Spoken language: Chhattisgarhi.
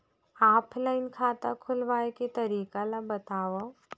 ऑफलाइन खाता खोलवाय के तरीका ल बतावव?